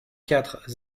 quatre